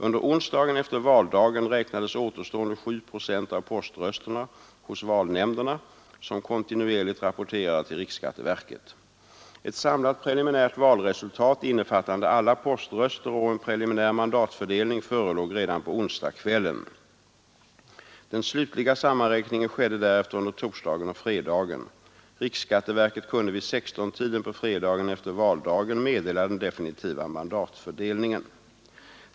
Under onsdagen efter valdagen räknades återstående 7 procent av poströsterna hos valnämnderna, som kontinuerligt rapporterade till riksskatteverket. Ett samlat preliminärt valresultat, innefattande alla poströster, och en preliminär mandatfördelning förelåg redan på onsdagskvällen. Den slutliga sammanräkningen skedde därefter under torsdagen och fredagen. Riksskatteverket kunde vid 16-tiden på fredagen efter valdagen meddela den definitiva mandatfördelningen.